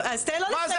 מה,